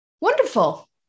wonderful